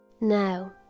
Now